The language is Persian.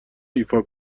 ایفا